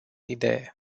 idee